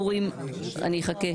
הממשלה'.